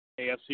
AFC